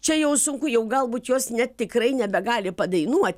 čia jau sunku jau galbūt jos net tikrai nebegali padainuot